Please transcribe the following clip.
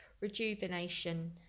rejuvenation